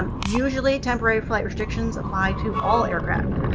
um usually, temporary flight restrictions apply to all aircraft,